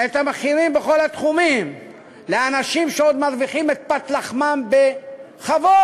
את המחירים בכל התחומים לאנשים שעוד מרוויחים את פת לחמם בכבוד,